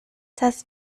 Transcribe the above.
das